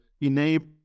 enable